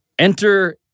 Enter